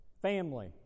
Family